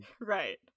Right